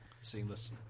seamless